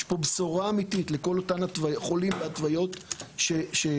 יש פה בשורה אמיתית לכל אותם חולים והתוויות שמניתי,